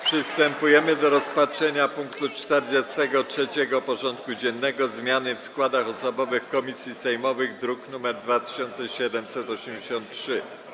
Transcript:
Przystępujemy do rozpatrzenia punktu 43. porządku dziennego: Zmiany w składach osobowych komisji sejmowych (druk nr 2783)